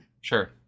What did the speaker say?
Sure